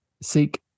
seek